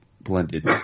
blended